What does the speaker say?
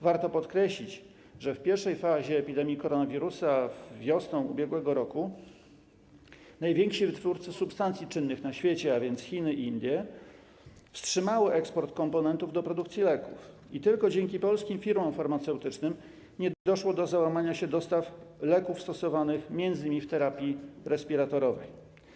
Warto podkreślić, że w pierwszej fazie epidemii koronawirusa wiosną ub.r. najwięksi wytwórcy substancji czynnych na świecie, a więc Chiny i Indie, wstrzymali eksport komponentów do produkcji leków i tylko dzięki polskim firmom farmaceutycznym nie doszło do załamania się dostaw leków stosowanych m.in. w terapii respiratorowej.